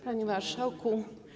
Panie Marszałku!